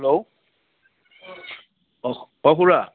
hello অঁ অঁ খুৰা